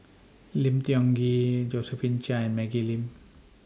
Lim Tiong Ghee Josephine Chia and Maggie Lim